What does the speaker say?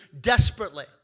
desperately